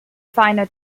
final